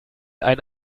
ein